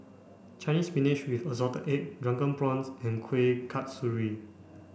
Chinese spinach with assorted eggs drunken prawns and Kuih Kasturi